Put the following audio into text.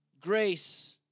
Grace